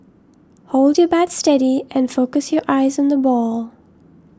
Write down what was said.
hold your bat steady and focus your eyes on the ball